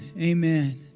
Amen